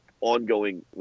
ongoing